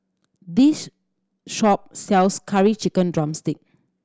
this shop sells Curry Chicken drumstick